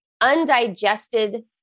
undigested